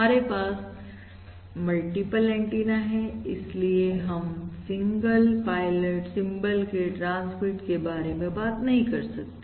हमारे पास multiple antenna है इसलिए हम सिंगल पायलट सिंबल के ट्रांसमिट के बारे में बात नहीं कर सकते